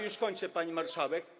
Już kończę, pani marszałek.